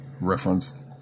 referenced